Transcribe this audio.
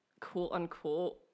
quote-unquote